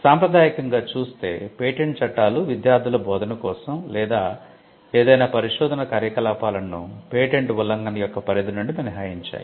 సాంప్రదాయకంగా చూస్తే పేటెంట్ చట్టాలు విద్యార్థుల బోధన కోసం లేదా ఏదైనా పరిశోధన కార్యకలాపాలను పేటెంట్ ఉల్లంఘన యొక్క పరిధి నుండి మినహాయించాయి